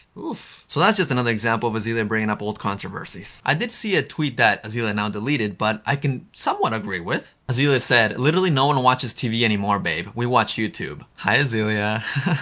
oof. so that's just another example of azealia bringing up old controversies. i did see a tweet that azealia now deleted but i can somewhat agree with. azealia said, literally no one watches tv anymore, babe. we watch youtube. hi, azealia.